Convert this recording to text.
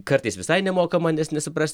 kartais visai nemokama nes nesuprasti